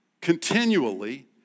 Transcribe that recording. continually